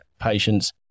patients